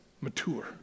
mature